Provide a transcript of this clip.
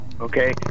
okay